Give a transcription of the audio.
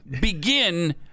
begin